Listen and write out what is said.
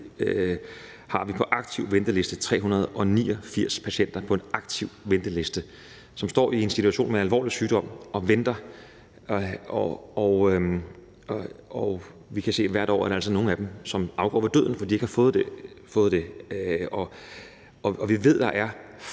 har vi 389 patienter på en aktiv venteliste – som står i en situation med alvorlig sygdom og venter. Og vi kan se hvert år, at der altså er nogle af dem, som afgår ved døden, fordi de ikke har fået det. Vi ved, at der